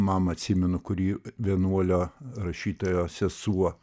mamą atsimenu kuri vienuolio rašytojo sesuo